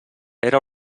era